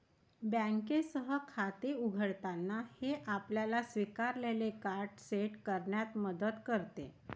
बँकेसह खाते उघडताना, हे आपल्याला स्वीकारलेले कार्ड सेट करण्यात मदत करते